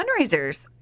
fundraisers